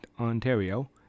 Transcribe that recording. Ontario